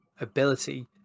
ability